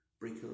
Breaker